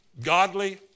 godly